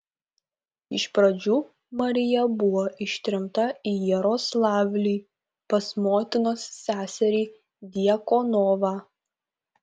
iš pradžių marija buvo ištremta į jaroslavlį pas motinos seserį djakonovą